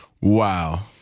wow